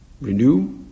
renew